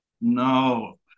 No